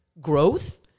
growth